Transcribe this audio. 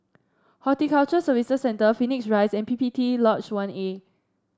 Horticulture Services Centre Phoenix Rise and P P T Lodge One A